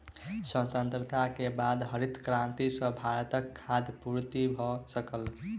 स्वतंत्रता के बाद हरित क्रांति सॅ भारतक खाद्य पूर्ति भ सकल